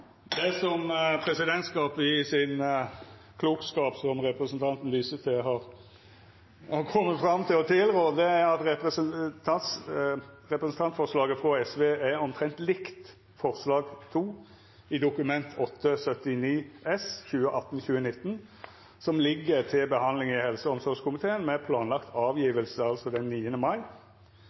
Det som presidentskapet i sin klokskap – som representanten viste til – har kome fram til, er at representantforslaget frå SV er omtrent likt forslag nr. 2 i Dokument 8:79 S for 2018–2019, som ligg til behandling i helse- og omsorgskomiteen, og er planlagt å skulla leggjast fram 7. mai